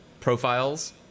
profiles